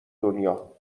دنیا